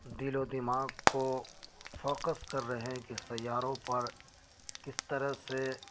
دل و دماغ کو فوکس کر رہے ہیں کہ سیاروں پر کس طرح سے